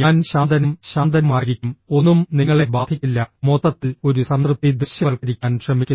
ഞാൻ ശാന്തനും ശാന്തനുമായിരിക്കും ഒന്നും നിങ്ങളെ ബാധിക്കില്ല മൊത്തത്തിൽ ഒരു സംതൃപ്തി ദൃശ്യവൽക്കരിക്കാൻ ശ്രമിക്കുന്നു